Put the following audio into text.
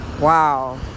wow